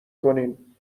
کنین